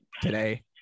today